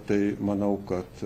tai manau kad